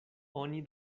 oni